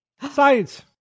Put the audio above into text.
Science